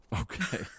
Okay